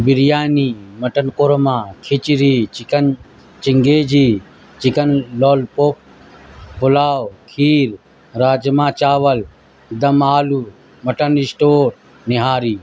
biryani mutton korma khichdi chicken changezi chicken lollipop pulao kheer rajma chawal dum aloo mutton stew nihari